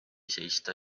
seista